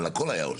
אבל הכול היה,